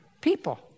people